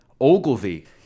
Ogilvy